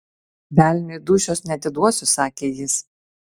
velniui dūšios neatiduosiu sakė jis